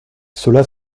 cela